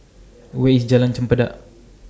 Where IS Jalan Chempedak